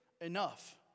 enough